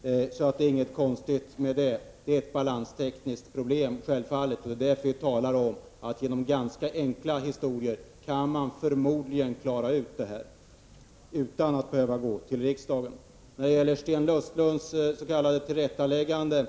och det är inget konstigt med den. Det här rör sig självfallet om ett balanstekniskt problem. Det är därför vi talar om att man genom ganska enkla åtgärder förmodligen skulle kunna klara ut detta, utan att behöva gå till riksdagen. Sten Östlund kom med ett s.k. tillrättaläggande.